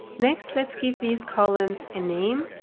next, let's give these columns a name.